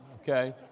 okay